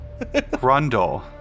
Grundle